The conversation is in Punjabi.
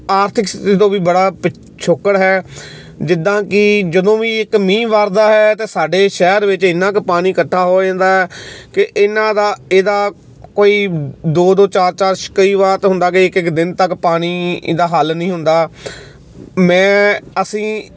ਆਰਥਿਕ ਸਥਿਤੀ ਤੋਂ ਵੀ ਬੜਾ ਪਿਛੋਕੜ ਹੈ ਜਿੱਦਾਂ ਕਿ ਜਦੋਂ ਵੀ ਇੱਕ ਮੀਂਹ ਵਰਦਾ ਹੈ ਤਾਂ ਸਾਡੇ ਸ਼ਹਿਰ ਵਿੱਚ ਇੰਨਾ ਕੁ ਪਾਣੀ ਇਕੱਠਾ ਹੋ ਜਾਂਦਾ ਕਿ ਇਹਨਾਂ ਦਾ ਇਹਦਾ ਕੋਈ ਦੋ ਦੋ ਚਾਰ ਚਾਰ ਸ਼ ਕਈ ਵਾਰ ਤਾਂ ਹੁੰਦਾ ਕਿ ਇੱਕ ਇੱਕ ਦਿਨ ਤੱਕ ਪਾਣੀ ਇਹਦਾ ਹੱਲ ਨਹੀਂ ਹੁੰਦਾ ਮੈਂ ਅਸੀਂ